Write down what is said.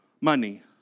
money